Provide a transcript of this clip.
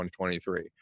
2023